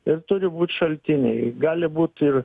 ir turi būt šaltiniai gali būt ir